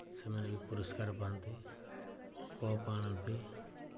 ସେମାନେ ବି ପୁରସ୍କାର ପାଆନ୍ତି କପ୍ ଆଣନ୍ତି